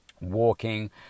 walking